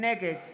נגד